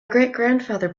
greatgrandfather